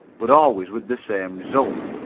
but always with the same result.